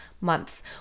months